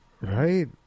right